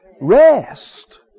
rest